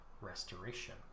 restoration